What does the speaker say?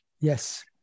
Yes